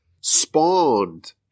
spawned